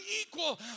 equal